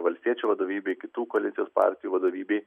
valstiečių vadovybei kitų koalicijos partijų vadovybei